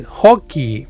hockey